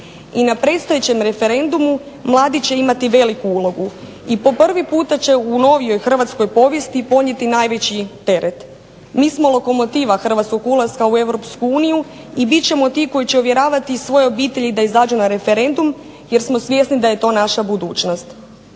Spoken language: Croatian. I na predstojećem referendumu mladi će imati veliku ulogu i po prvi puta će u novijoj hrvatskoj povijesti ponijeti najveći teret. Mi smo lokomotiva hrvatskog ulaska EU i bit ćemo ti koji će uvjeravati svoje obitelji da izađu na referendum jer smo svjesni da je to naša budućnost.